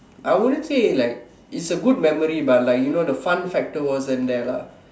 I wouldn't say like it's a good memory but like you know the fun factor wasn't there lah